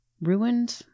ruined